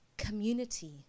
Community